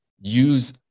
use